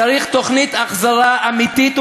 צריך תוכנית החזרה אמיתית ומסודרת,